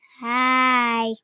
Hi